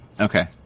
Okay